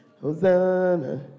Hosanna